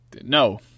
no